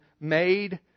made